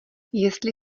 jestli